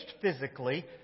physically